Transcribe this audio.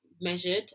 measured